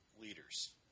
leaders